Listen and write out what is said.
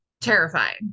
terrifying